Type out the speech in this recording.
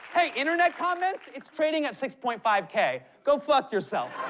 hey, internet comments, it's trading at six point five k. go fuck yourself.